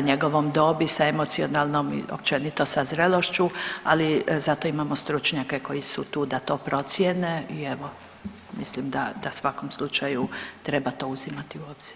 njegovom dobi, sa emocionalnom i općenito sa zrelošću ali zato imamo stručnjake koji su tu da to procijene i evo mislim da u svakom slučaju treba to uzimati u obzir.